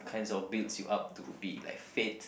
kinds of builds you up to be like fit